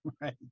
right